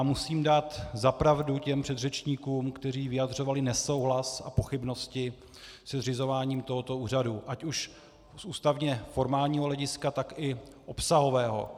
Musím dát za pravdu těm předřečníkům, kteří vyjadřovali nesouhlas a pochybnosti se zřizováním tohoto úřadu, ať už z ústavně formálního hlediska, tak i obsahového.